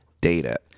data